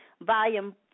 Volume